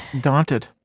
Daunted